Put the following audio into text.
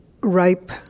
ripe